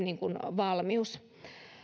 valmius